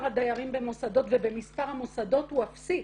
הדיירים במוסדות ובמספר המוסדות הוא אפסי.